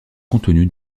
contenue